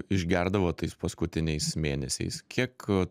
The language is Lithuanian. išgerdavot tais paskutiniais mėnesiais kiek